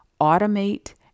Automate